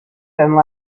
and